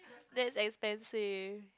that's expensive